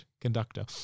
conductor